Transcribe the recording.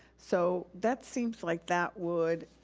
so that seems like that would,